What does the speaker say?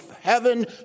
heaven